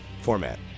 format